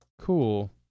Cool